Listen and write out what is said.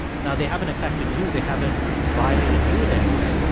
now, they haven't affected you. they haven't violated you in any way,